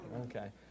okay